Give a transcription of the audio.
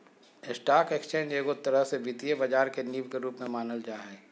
stock exchange एगो तरह से वित्तीय बाजार के नींव के रूप मे मानल जा हय